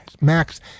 Max